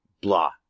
Blah